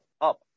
up